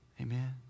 Amen